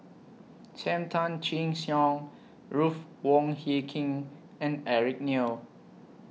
SAM Tan Chin Siong Ruth Wong Hie King and Eric Neo